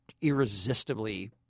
irresistibly